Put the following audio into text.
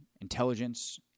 intelligence